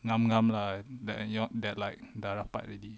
ngam-ngam lah that you all that like dah rapat already